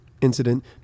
incident